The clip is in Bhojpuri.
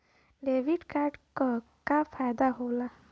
डेबिट कार्ड क का फायदा हो ला?